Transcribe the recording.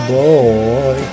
boy